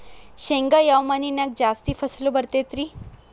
ಶೇಂಗಾ ಯಾವ ಮಣ್ಣಿನ್ಯಾಗ ಜಾಸ್ತಿ ಫಸಲು ಬರತೈತ್ರಿ?